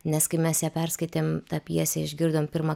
nes kai mes ją perskaitėm tą pjesę išgirdom pirmą